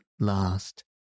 last